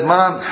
Mom